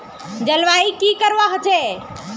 जलवायु की करवा होचे?